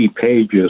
pages